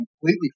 completely